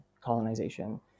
colonization